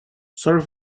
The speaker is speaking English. sorry